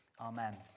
Amen